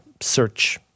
search